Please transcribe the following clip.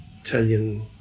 Italian